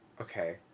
Okay